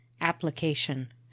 APPLICATION